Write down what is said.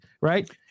Right